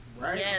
Right